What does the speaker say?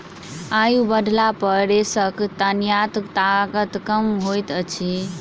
आयु बढ़ला पर रेशाक तन्यता ताकत कम होइत अछि